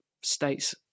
states